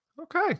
Okay